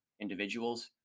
individuals